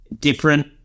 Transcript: different